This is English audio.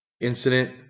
incident